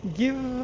give